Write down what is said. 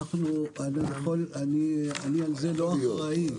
אני על זה לא אחראי.